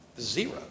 Zero